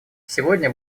сегодня